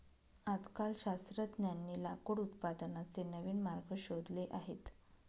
आजकाल शास्त्रज्ञांनी लाकूड उत्पादनाचे नवीन मार्ग शोधले आहेत